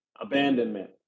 abandonment